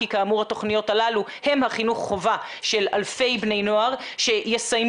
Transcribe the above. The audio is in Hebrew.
כי כאמור התוכניות הללו הן החינוך חובה של אלפי בני נוער שיתחילו